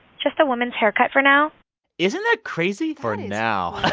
just a woman's haircut for now isn't that crazy? for now